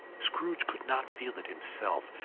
scrooge could not feel it himself,